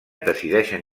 decideixen